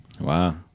Wow